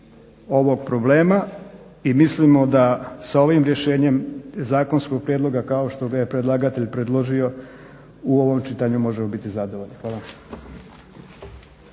ovog problema i mislimo da s ovim rješenjem zakonskog prijedloga kao što ga je predlagatelj predložio u ovom čitanju možemo biti zadovoljni. Hvala.